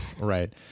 right